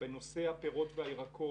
בנושא הפירות והירקות,